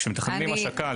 כשמתכננים השקה.